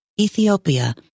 Ethiopia